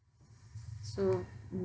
so um